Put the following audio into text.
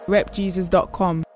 Repjesus.com